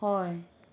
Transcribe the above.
হয়